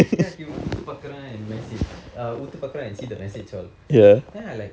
ya he will உத்து பார்க்கிறான்:utthu parkkriaan and message uh உத்து பார்க்கிறான்:utthu parkkriaan see the message all then I like